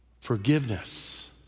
Forgiveness